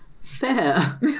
fair